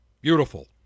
Beautiful